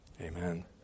Amen